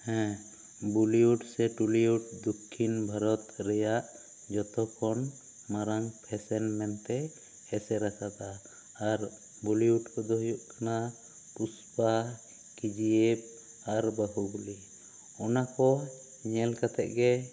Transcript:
ᱦᱮᱸ ᱵᱚᱞᱤᱣᱩᱰ ᱥᱮ ᱴᱩᱞᱤᱣᱩᱰ ᱫᱚᱠᱠᱷᱤᱱ ᱵᱷᱟᱨᱚᱛ ᱨᱮᱭᱟᱜ ᱡᱚᱛᱚ ᱠᱷᱚᱱ ᱢᱟᱨᱟᱝ ᱯᱷᱮᱥᱮᱱ ᱢᱮᱱ ᱛᱮ ᱮᱥᱮᱨ ᱟᱠᱟᱫᱟ ᱟᱨ ᱵᱩᱞᱤᱣᱩᱰ ᱠᱚ ᱫᱚ ᱦᱩᱭᱩᱜ ᱠᱟᱱᱟ ᱯᱩᱥᱯᱟ ᱠᱮᱡᱤ ᱮᱯᱷ ᱟᱨ ᱵᱟᱹᱦᱩᱵᱟᱹᱞᱤ ᱚᱱᱟ ᱠᱚ ᱧᱮᱞ ᱠᱟᱛᱮ ᱜᱮ